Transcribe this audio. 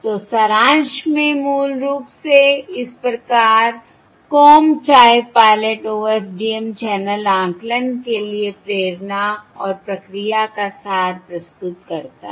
तो सारांश में मूल रूप से इस प्रकार comb type pilot OFDM channel आकलन के लिए प्रेरणा और प्रक्रिया का सार प्रस्तुत करता है